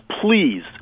please